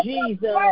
Jesus